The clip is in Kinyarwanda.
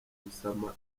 gusama